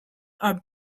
are